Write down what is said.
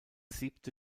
siebte